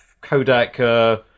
Kodak